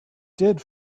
did